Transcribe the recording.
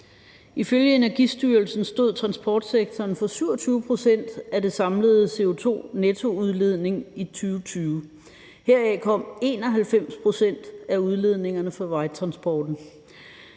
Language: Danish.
Ifølge Energistyrelsen stod transportsektoren for 27 pct. af den samlede CO2-nettoudledning i 2020. Heraf kom 91 pct. af udledningerne fra vejtransporten.